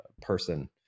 person